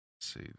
see